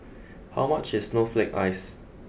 how much is snowflake ice